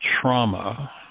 trauma